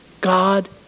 God